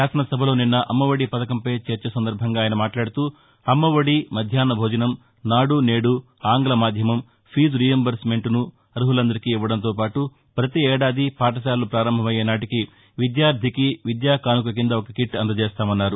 శాసనసభలో నిన్న అమ్మ ఒడి పథకంపై చర్చ సందర్భంగా ఆయన మాట్లాదుతూ అమ్మఒడి మధ్యాహ్న భోజనం నాడు నేడు ఆంగ్లమాద్యమం ఫీజు రీయింబర్స్మెంట్ను అర్హులందరికీ ఇవ్వడంతో పాటు ప్రతి ఏడాది పాఠశాలలు ప్రారంభమయ్యే నాటికి విద్యార్దికి విద్యా కాసుక కింద ఒక కీట్ అందజేస్తామన్నారు